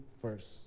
first